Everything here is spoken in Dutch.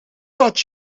dat